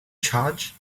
charge